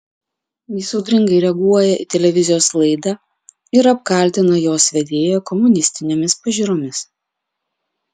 jis audringai reaguoja į televizijos laidą ir apkaltina jos vedėją komunistinėmis pažiūromis